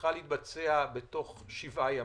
צריכה להתבצע בתוך שבעה ימים,